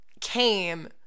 came